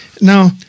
Now